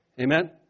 Amen